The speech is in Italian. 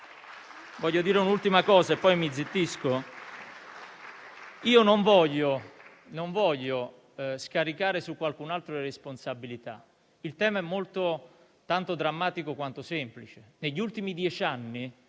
Voglio dire un'ultima cosa e poi mi zittisco: non voglio scaricare su qualcun altro le responsabilità. Il tema è tanto drammatico, quanto semplice: negli ultimi dieci anni